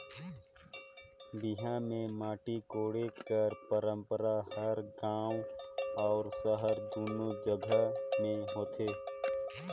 बिहा मे माटी कोड़े कर पंरपरा हर गाँव अउ सहर दूनो जगहा मे होथे